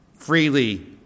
freely